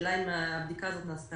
השאלה אם הבדיקה הזאת נעשתה.